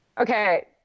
Okay